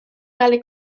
tale